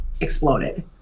exploded